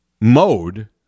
mode